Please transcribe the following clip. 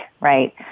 right